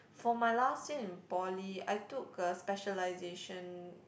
for my last year in poly I took a specialisation